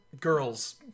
Girls